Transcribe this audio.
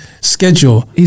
schedule